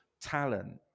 talent